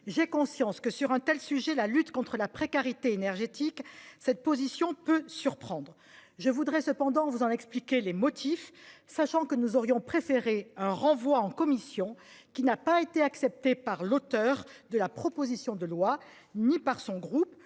J'ai conscience que sur un tel sujet, la lutte contre la précarité énergétique. Cette position peut surprendre. Je voudrais cependant vous en expliquer les motifs sachant que nous aurions préféré un renvoi en commission qui n'a pas été acceptée par l'auteur de la proposition de loi, ni par son groupe